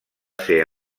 ser